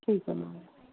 ਠੀਕ ਹੈ ਮੈਮ